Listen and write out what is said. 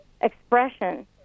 expression